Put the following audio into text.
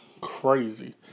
crazy